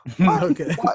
Okay